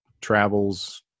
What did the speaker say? travels